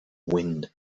wind